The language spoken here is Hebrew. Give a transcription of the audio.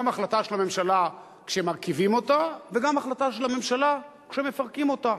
גם החלטה של הממשלה כשמרכיבים אותה וגם החלטה של ממשלה כשמפרקים אותה,